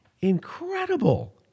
incredible